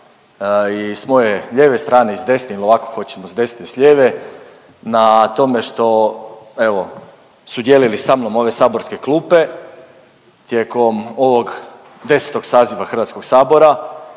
i s moje lijeve strane i s desne ili ovako hoćemo s desne i s lijeve, na tome što evo su dijelili sa mnom ove saborske klupe tijekom ovog 10. saziva HS. Bila